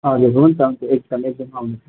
हजुर हुन्छ एकदम एकदम हुन्छ